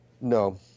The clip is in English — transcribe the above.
No